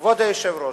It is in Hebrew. כבוד היושב-ראש,